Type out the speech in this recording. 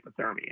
hypothermia